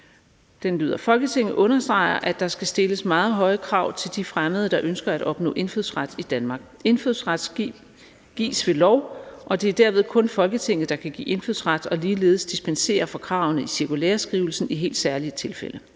Folketinget understreger, at der skal stilles meget høje krav til de fremmede, der ønsker at opnå indfødsret i Danmark. Indfødsret gives ved lov, og det er derved kun Folketinget, der kan give indfødsret og ligeledes dispensere for kravene i cirkulæreskrivelsen i helt særlige tilfælde.